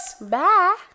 bye